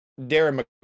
Darren